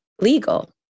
legal